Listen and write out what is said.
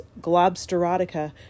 Globsterotica